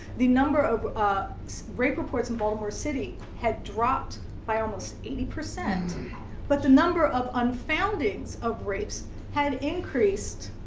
the number of ah rape reports in baltimore city had dropped by almost eighty percent but the number of unfoundings of rapes had increased,